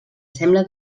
sembla